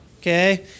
Okay